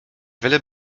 wiele